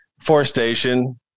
forestation